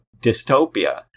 dystopia